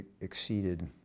exceeded